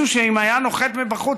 בכנסת הזאת,